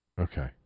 Okay